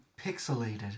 pixelated